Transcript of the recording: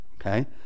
okay